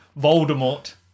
Voldemort